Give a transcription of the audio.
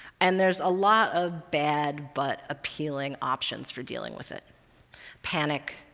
and there's a lot of bad but appealing options for dealing with it panic,